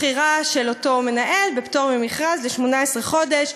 בחירה של אותו מנהל בפטור ממכרז ל-18 חודש,